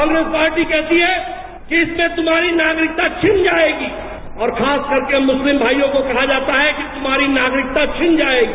Congress party कहती है कि इससे तुम्हारी नागरिकता छीन जाएगी और खासकर के मुस्लिम भाई को कहा जाता है कि तुम्हारी नागरिकता छीन जाएगी